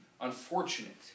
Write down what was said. unfortunate